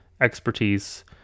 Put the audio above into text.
expertise